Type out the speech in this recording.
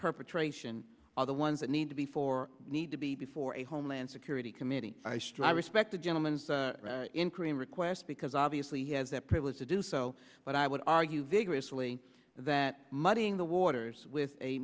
perpetration are the ones that need to be for need to be before a homeland security committee i strive respect the gentleman in korean request because obviously he has that privilege to do so but i would argue vigorously that muddying the waters with a